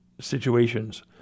situations